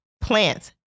plants